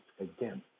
again